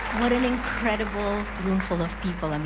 what an incredible room full of people. i mean,